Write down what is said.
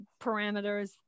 parameters